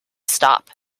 stop